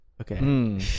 Okay